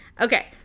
Okay